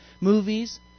movies